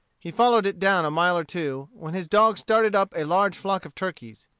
he followed it down a mile or two, when his dogs started up a large flock of turkeys.